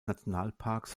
nationalparks